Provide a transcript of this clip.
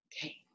Okay